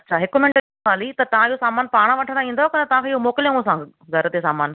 अच्छा हिकु मिंट ॾियो ख़ाली त तव्हां इहो सामानु पाण वठणु इंदव की तव्हांखे मोकिलियउं असां घरु ते सामानु